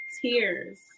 tears